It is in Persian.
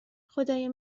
خدایا